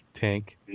tank